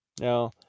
Now